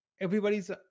everybody's